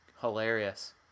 Hilarious